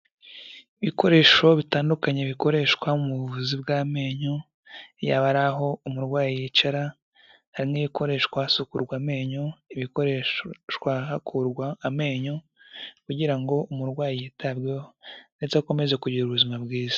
Ibikoresho bitandukanye bikoreshwa mu buvuzi bw'amenyo, yaba ari aho umurwayi yicara hari n'ikoreshwa hasukurwa amenyo ibikoreshwa hakurwa amenyo, kugira ngo umurwayi yitabweho ndetse akomeze kugira ubuzima bwiza.